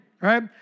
right